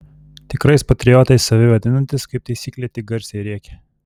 tikrais patriotais save vadinantys kaip taisyklė tik garsiai rėkia